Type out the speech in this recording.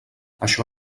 això